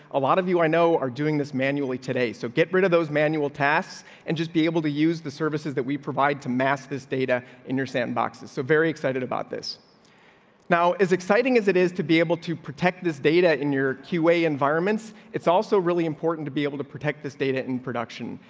ah, lot of you i know are doing this manually today. so get rid of those manual tasks and just be able to use the service is that we provide to mass. this data in your sandbox is so very excited about this now is exciting as it is to be able to protect this data in your key way environments. it's also really important to be able to protect this data in production.